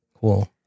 Cool